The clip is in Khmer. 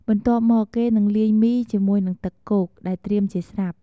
បន្ទាប់មកគេនឹងលាយមីជាមួយនឹងទឹកគោកដែលត្រៀមជាស្រាប់។